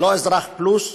לא אזרח פלוס,